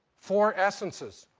four essences.